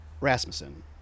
Rasmussen